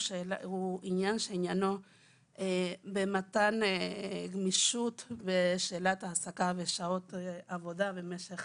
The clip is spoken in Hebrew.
עניין שעניינו במתן גמישות ושאלת ההעסקה ושעות עבודה במשך